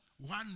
one